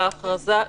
לקבוע הקלות?